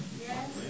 Yes